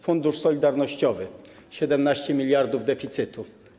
Fundusz Solidarnościowy - 17 mld deficytu.